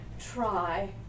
try